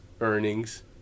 earnings